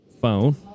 phone